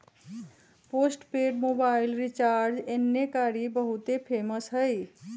postpaid mobile recharge एन्ने कारि बहुते फेमस हई